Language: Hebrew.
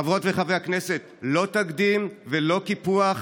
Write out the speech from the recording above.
חברות וחברי הכנסת, לא תקדים ולא קיפוח.